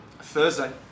Thursday